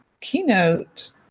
keynote